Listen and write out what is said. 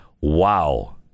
wow